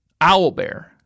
owlbear